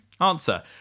answer